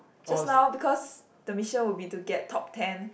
just now because the mission would be to get top ten